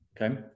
Okay